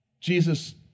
Jesus